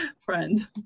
friend